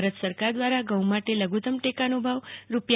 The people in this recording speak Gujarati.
ભારત સરકાર દ્વારા ઘઉં માટે લધુત્તમ ટેકાનો ભાવ રૂા